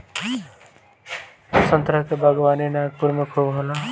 संतरा के बागवानी नागपुर में खूब होला